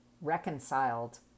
Reconciled